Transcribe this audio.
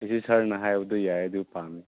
ꯍꯧꯖꯤꯛ ꯁꯥꯔꯅ ꯍꯥꯏꯕꯗꯣ ꯌꯥꯏ ꯑꯗꯨ ꯄꯥꯝꯃꯤ